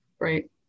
right